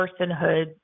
personhood